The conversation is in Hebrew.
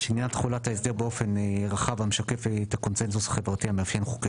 תחולת ההסדר באופן רחב המשקף את הקונצנזוס החברתי המאפיין חוקי